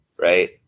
right